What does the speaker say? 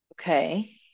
Okay